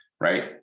right